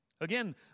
Again